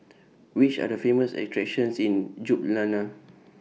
Which Are The Famous attractions in Ljubljana